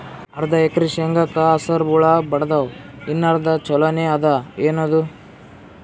ಅರ್ಧ ಎಕರಿ ಶೇಂಗಾಕ ಹಸರ ಹುಳ ಬಡದಾವ, ಇನ್ನಾ ಅರ್ಧ ಛೊಲೋನೆ ಅದ, ಏನದು?